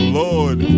lord